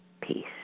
peace